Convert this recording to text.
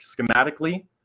schematically